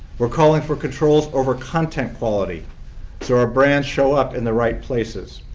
we're calling for controls over content quality so our brands show up in the right places.